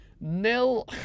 Nil